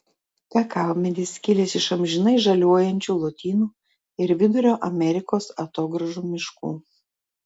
kakavmedis kilęs iš amžinai žaliuojančių lotynų ir vidurio amerikos atogrąžų miškų